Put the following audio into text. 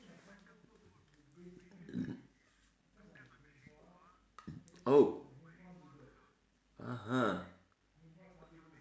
oh (uh huh)